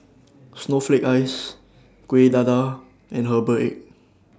Snowflake Ice Kueh Dadar and Herbal Egg